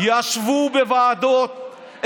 ישבו בוועדות,